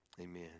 Amen